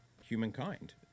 humankind